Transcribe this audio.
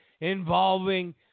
Involving